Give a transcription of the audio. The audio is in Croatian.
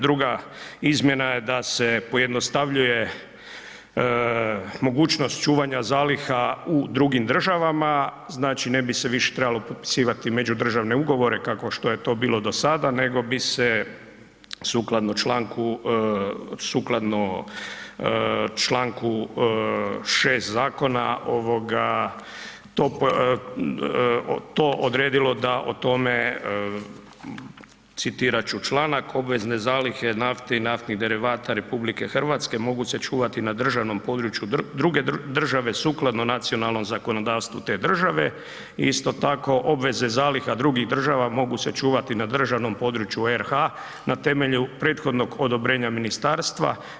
Druga izmjena je da se pojednostavljuje mogućnost čuvanja zaliha u drugim državama, znači, ne bi se više trebalo potpisivati međudržavne ugovore, kako što je to bilo do sada, nego bi se sukladno čl. 6. zakona to odredilo da o tome, citirat ću članak, obvezne zalihe nafte i naftnih derivata RH mogu se čuvati na državnom području druge države sukladno nacionalnom zakonodavstvu te države, isto tako obveze zaliha drugih država mogu se čuvati na državnom području RH na temelju prethodnog odobrenja ministarstva.